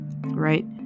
right